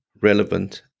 relevant